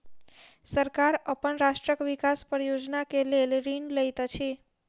सरकार अपन राष्ट्रक विकास परियोजना के लेल ऋण लैत अछि